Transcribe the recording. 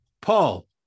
Paul